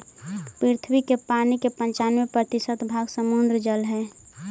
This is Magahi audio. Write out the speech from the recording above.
पृथ्वी के पानी के पनचान्बे प्रतिशत भाग समुद्र जल हई